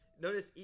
Notice